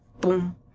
boom